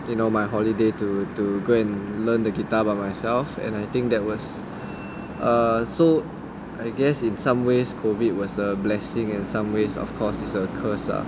you know my holiday to to go and learn the guitar by myself and I think that was err so I guess in some ways COVID was a blessing and in some ways of course is a curse lah